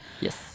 Yes